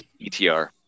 ETR